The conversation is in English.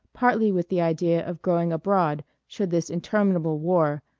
partly with the idea of going abroad should this interminable war,